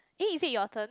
eh is it your turn